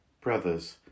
brothers